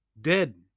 Dead